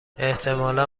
احتمالا